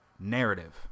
narrative